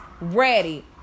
ready